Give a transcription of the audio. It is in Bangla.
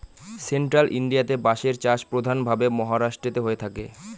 সেন্ট্রাল ইন্ডিয়াতে বাঁশের চাষ প্রধান ভাবে মহারাষ্ট্রেতে হয়ে থাকে